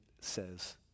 says